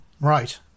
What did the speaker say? Right